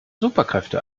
superkräfte